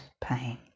pain